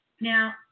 Now